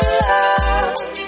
love